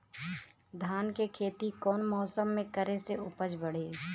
धान के खेती कौन मौसम में करे से उपज बढ़ी?